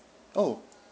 oh